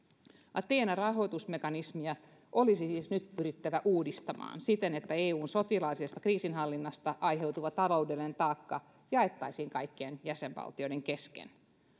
athena rahoitusmekanismia olisi siis nyt pyrittävä uudistamaan siten että eun sotilaallisesta kriisinhallinnasta aiheutuva taloudellinen taakka jaettaisiin kaikkien jäsenvaltioiden kesken